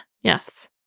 Yes